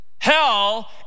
Hell